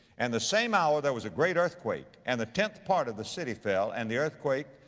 and the same hour there was a great earthquake, and the tenth part of the city fell, and the earthquake,